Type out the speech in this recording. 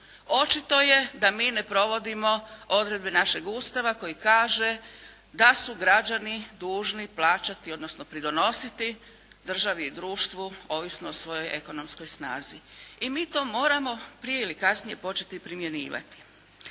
Očito je da mi ne provodimo odredbe našeg Ustava koji kaže da su građani dužni plaćati odnosno pridonositi državi i društvu ovisno o svojoj ekonomskoj snazi. I mi to moramo prije ili kasnije početi primjenjivati.